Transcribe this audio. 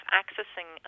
accessing